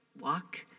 walk